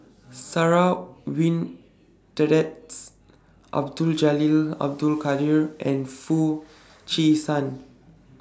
Sarah Abdul Jalil Abdul Kadir and Foo Chee San